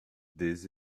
this